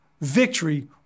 victory